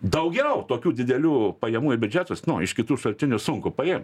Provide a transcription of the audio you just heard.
daugiau tokių didelių pajamų į biudžetus nu iš kitų šaltinių sunku paimt